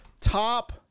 Top